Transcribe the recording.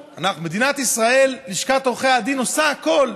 מדינת ישראל, לשכת עורכי הדין, עושה הכול,